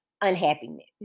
Unhappiness